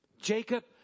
Jacob